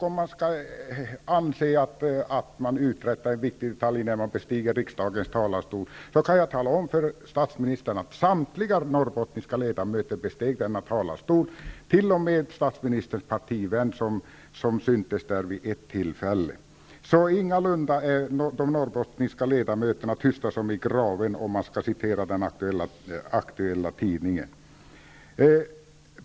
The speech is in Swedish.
Om man skall anse att man uträttar en viktig detalj när man bestiger riksdagens talarstol, kan jag tala om för statsministern att samtliga norrbottniska ledamöter besteg denna talarstol -- t.o.m. statsministerns partivän, som syntes där vid ett tillfälle. De norrbottniska ledamöterna är ingalunda ''tysta som i graven'', för att citera den aktuella tidningen.